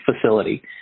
facility